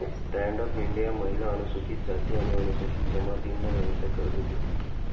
stand up India महिला, अनुसूचित जाती आणि अनुसूचित जमातींना व्यवसाय कर्ज देते